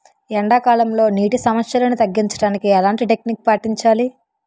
ఎండా కాలంలో, నీటి సమస్యలను తగ్గించడానికి ఎలాంటి టెక్నిక్ పాటించాలి?